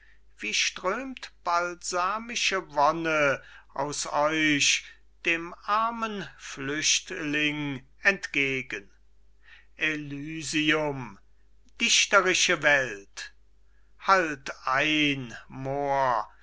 wie strömt balsamische wonne aus euch dem armen flüchtling entgegen elysium dichterische welt halt ein moor